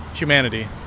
humanity